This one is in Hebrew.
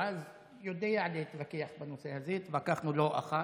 ויועז יודע להתווכח בנושא הזה, התווכחנו לא אחת,